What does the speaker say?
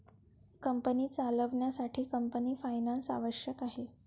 company चालवण्यासाठी company finance आवश्यक आहे